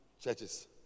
churches